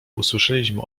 usłyszeliśmy